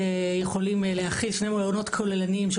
כוללניים,